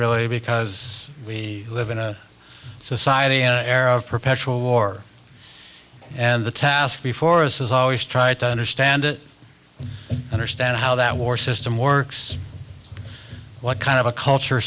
really because we live in a society in an air of perpetual war and the task before us is always try to understand understand how that war system works what kind of a culture